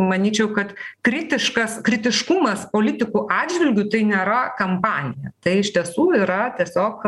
manyčiau kad kritiškas kritiškumas politikų atžvilgiu tai nėra kampanija tai iš tiesų yra tiesiog